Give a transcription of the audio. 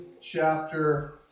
chapter